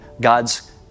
God's